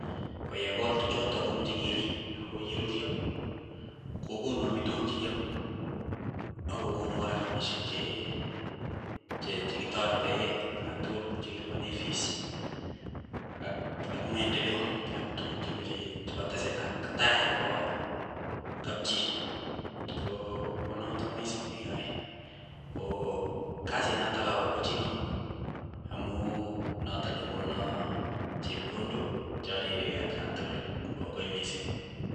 Koyekol tukchotok komeche kerip, koyeruryo kokonu amitwogik chekiame, akokonu kora rapishek che chekitarete kei, yantokol chekilipane fis, ak ak maendeleo ak tuku chemeche chepa teseet ap tai nepo kapchi, ko konotok mising nekeae ko kasit notok apaipachini amu notok nekona chepkondok cha aripekei atkan tukul, kongoi mising.